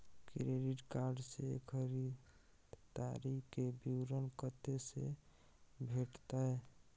Credit card से खरीददारी के विवरण कत्ते से भेटतै?